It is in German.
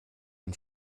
den